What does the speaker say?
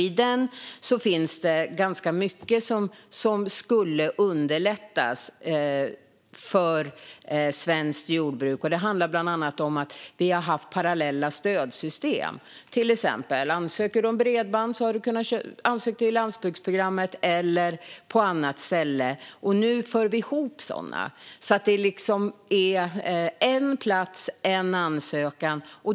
I den finns det ganska mycket som underlättar för svenskt jordbruk. Det handlar bland annat om att vi har haft parallella stödsystem. Till exempel har man kunnat ansöka om bredband i landsbygdsprogrammet eller på annat ställe. Nu för vi ihop sådant, så att det är en plats, en ansökan.